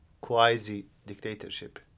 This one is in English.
quasi-dictatorship